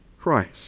Christ